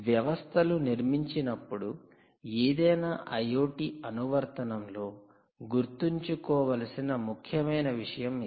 వ్యవస్థలు నిర్మించినప్పుడు ఏదైనా IoT అనువర్తనం లో గుర్తుంచుకోవలసిన ముఖ్యమైన విషయం ఇది